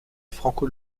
franco